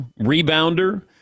rebounder